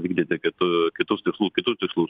vykdyti kitu kitus tikslu kitus tikslus